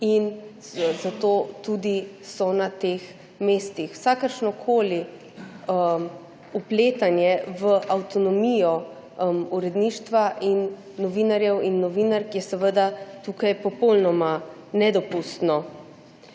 in zato tudi so na teh mestih. Vsakršnokoli vpletanje v avtonomijo uredništva in novinarjev in novinark je seveda tukaj popolnoma nedopustno.